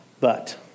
But